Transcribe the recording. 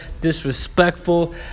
disrespectful